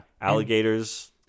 alligators